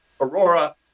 Aurora